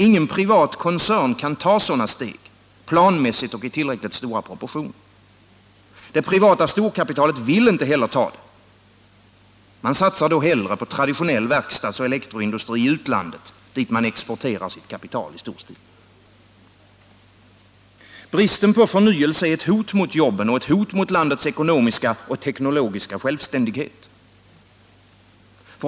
Ingen privat koncern kan ta sådana steg, planmässigt och i tillräckligt stora proportioner. Det privata storkapitalet vill inte heller ta dem. Man satsar hellre på traditionell verkstadsoch elektroindustri i utlandet, dit man i stor stil exporterar sitt kapital. Bristen på förnyelse är ett hot mot jobben och ett hot mot landets ekonomiska och teknologiska självständighet.